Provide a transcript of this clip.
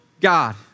God